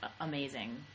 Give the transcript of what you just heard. amazing